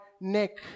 neck